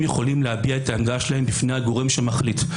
יכולים להביע את העמדה שלהם בפני הגורם שמחליט.